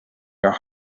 your